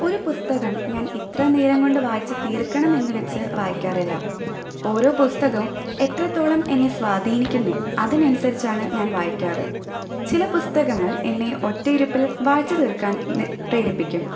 ഒരു പുസ്തകം ഞാന് ഇത്ര നേരം കൊണ്ട് വായിച്ചു തീര്ക്കണം എന്ന് വെച്ച് വായിക്കാറില്ല ഓരോ പുസ്തകവും എത്രത്തോളം എന്നെ സ്വാധീനിക്കുന്നു അതിനനുസരിച്ചാണ് ഞാന് വായിക്കാറ് ചില പുസ്തകങ്ങള് എന്നെ ഒറ്റയിരിപ്പില് വായിച്ചു തീര്ക്കാന് നി പ്രേരിപ്പിക്കും